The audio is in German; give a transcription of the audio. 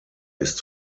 ist